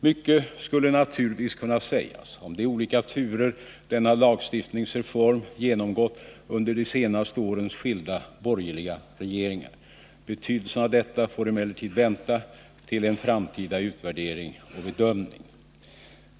Mycket skulle naturligtvis kunna sägas om de olika turer denna lagstiftningsreform genomgått under de senaste årens skilda borgerliga regeringar. Betydelsen av detta får emellertid vänta till en framtida utvärdering och bedömning.